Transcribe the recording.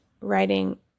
writing